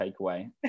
takeaway